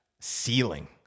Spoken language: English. ceiling